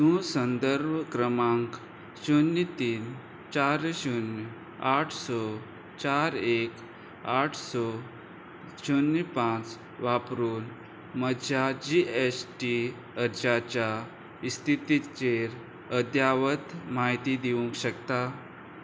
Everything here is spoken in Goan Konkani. तूं संदर्भ क्रमांक शुन्य तीन चार शुन्य आठ स चार एक आठ स शुन्य पांच वापरून म्हज्या जी एस टी अर्जाच्या स्थितीचेर अद्यावत म्हायती दिवंक शकता